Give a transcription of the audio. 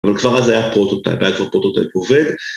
‫אבל כבר הזה היה פרוטוטייפ, ‫היה פרוטוטייפ עובד